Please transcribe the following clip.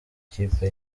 ikipe